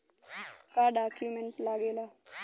का डॉक्यूमेंट लागेला?